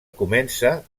comença